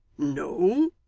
no!